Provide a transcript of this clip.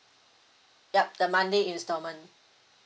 yup the monthly installment